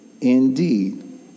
indeed